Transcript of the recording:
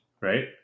right